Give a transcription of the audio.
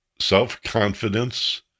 self-confidence